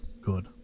good